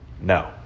No